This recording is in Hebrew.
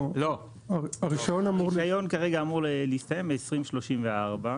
לא, הרישיון כרגע אמור להסתיים ב-2034.